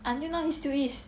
until now he still is